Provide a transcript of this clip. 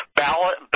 ballot